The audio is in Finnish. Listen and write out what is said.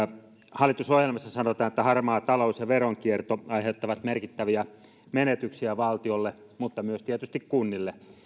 hallitusohjelmassa sanotaan että harmaa talous ja veronkierto aiheuttavat merkittäviä menetyksiä valtiolle mutta myös tietysti kunnille